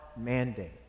mandate